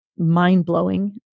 mind-blowing